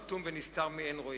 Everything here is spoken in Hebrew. אטום ונסתר מעין רואה,